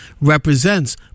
represents